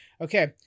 Okay